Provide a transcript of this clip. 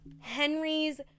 Henry's